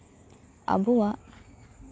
ᱟᱵᱚᱣᱟᱜ